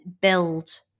build